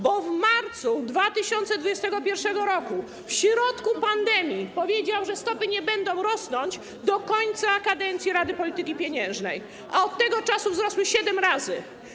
Bo w marcu 2021 r., w środku pandemii, powiedział, że stopy nie będą rosnąć do końca kadencji Rady Polityki Pieniężnej, a od tego czasu wzrosły siedem razy.